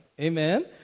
Amen